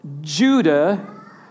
Judah